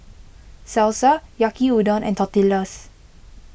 Salsa Yaki Udon and Tortillas